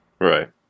right